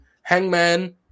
Hangman